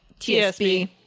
TSB